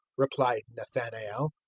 replied nathanael.